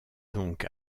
donc